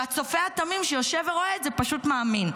והצופה התמים שיושב ורואה את זה פשוט מאמין.